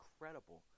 incredible